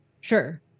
Sure